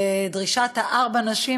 לדרישת ארבע הנשים,